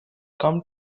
come